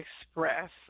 express